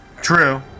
True